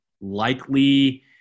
likely